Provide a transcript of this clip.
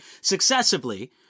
successively